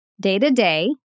day-to-day